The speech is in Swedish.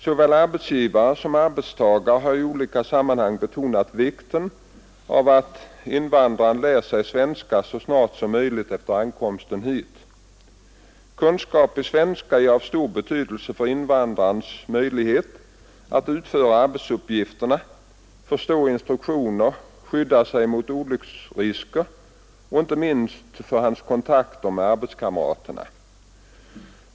Såväl arbetsgivare som arbetstagare har i olika sammanhang betonat vikten av att invandraren lär sig svenska så snart som möjligt efter ankomsten hit. Kunskaper i svenska är av stor betydelse för invandrarens möjligheter att utföra arbetsuppgifterna, förstå instruktioner, skydda sig mot olycksrisker och inte minst för hans kontakter med arbetskamraterna.